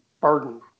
burden